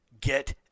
get